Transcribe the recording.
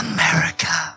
America